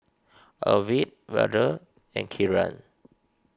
Arvind Vedre and Kiran